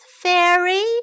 fairy